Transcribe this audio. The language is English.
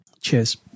Cheers